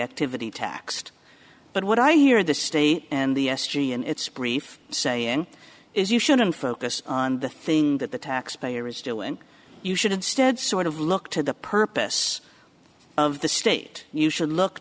activity taxed but what i hear the state and the s g and its brief saying is you shouldn't focus on the thing that the taxpayer is still and you should instead sort of look to the purpose of the state and you should look